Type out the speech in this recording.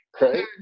right